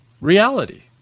reality